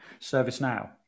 ServiceNow